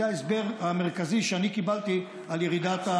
זה ההסבר המרכזי שאני קיבלתי על ירידת,